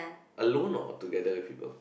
alone or together with people